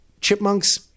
chipmunks